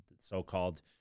so-called